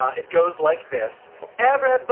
it goes like this everybody,